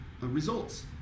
results